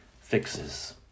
fixes